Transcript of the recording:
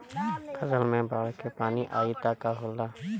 फसल मे बाढ़ के पानी आई त का होला?